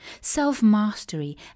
self-mastery